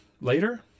later